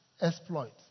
exploit